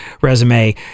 resume